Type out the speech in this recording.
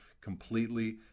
completely